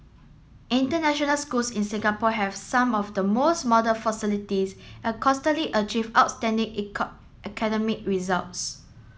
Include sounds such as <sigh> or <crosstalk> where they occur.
international schools in Singapore have some of the most modern facilities and consistently achieve outstanding <unintelligible> academic results